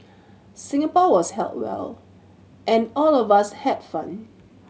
Singapore was held well and all of us had fun